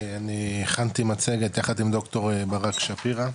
אני הכנתי מצגת, יחד עם דוקטור ברק שפירא,